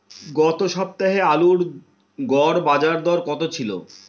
গত সপ্তাহে আলুর গড় বাজারদর কত ছিল?